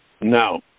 No